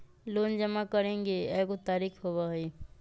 Loan जमा करेंगे एगो तारीक होबहई?